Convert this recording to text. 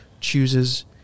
chooses